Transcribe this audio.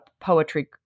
poetry